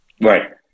Right